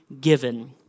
given